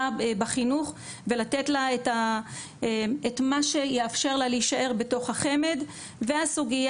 בחינוך ולתת לה את מה שיאפשר לה להישאר בתוך החמ"ד והסוגיה